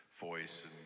voice